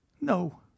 No